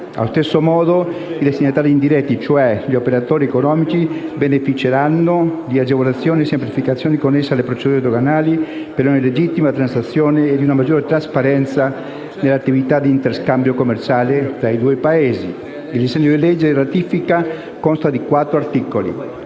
Allo stesso modo, i destinatari indiretti, cioè gli operatori economici, beneficeranno di agevolazioni e semplificazioni connesse alle procedure doganali per ogni legittima transazione e di una maggiore trasparenza nelle attività di interscambio commerciale tra i due Paesi. Il disegno di legge di ratifica consta di quattro articoli.